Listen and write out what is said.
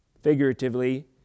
figuratively